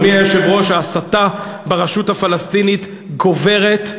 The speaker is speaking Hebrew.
אדוני היושב-ראש, ההסתה ברשות הפלסטינית גוברת.